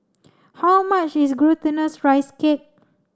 how much is Glutinous Rice Cake